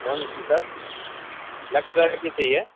کون سی سر الیکٹرا کی چاہیے